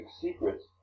secrets